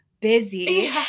busy